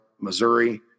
Missouri